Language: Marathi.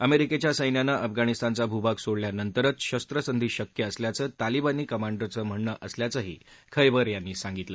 अमेरिकेच्या सैन्यानं अफगाणिस्तानचा भूभाग सोडल्यानंतरच शस्त्रसंधी शक्य असल्याचं तालीबानी कमांडरांचं म्हणणं असल्याचंही खैबर यांनी सांगितलं